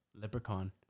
Leprechaun